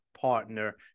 partner